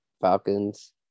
Falcons